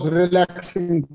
relaxing